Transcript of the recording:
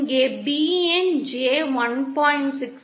இங்கே B இன் J 1